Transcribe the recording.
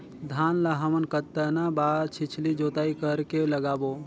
धान ला हमन कतना बार छिछली जोताई कर के लगाबो?